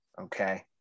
Okay